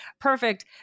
perfect